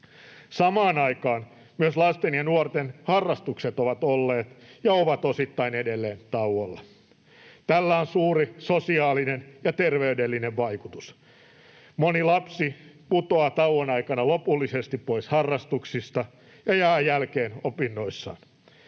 Samaan aikaan myös lasten ja nuorten harrastukset ovat olleet ja ovat osittain edelleen tauolla. Tällä on suuri sosiaalinen ja terveydellinen vaikutus. Moni lapsi putoaa tauon aikana lopullisesti pois harrastuksista ja jää jälkeen opinnoissaan.